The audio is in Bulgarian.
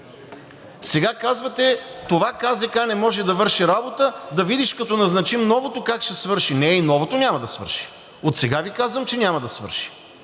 Сега казвате: това КЗК не може да върши работа, да видиш, като назначим новото, как ще свърши. Не, и новото няма да свърши. Отсега Ви казвам, че няма да свърши.